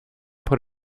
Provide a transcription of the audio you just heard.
put